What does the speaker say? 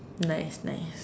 nice nice